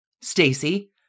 Stacy